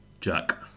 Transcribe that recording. Jack